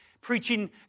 Preaching